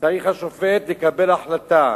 צריך השופט לקבל החלטה